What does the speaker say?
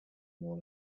more